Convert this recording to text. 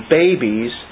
babies